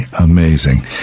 amazing